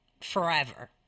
forever